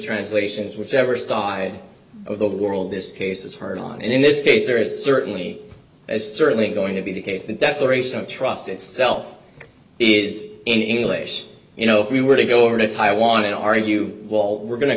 translations whichever side of the world this case is heard on in this case there is certainly is certainly going to be the case the declaration of trust itself is in english you know if we were to go over to taiwan and ru paul we're go